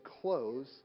close